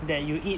that you eat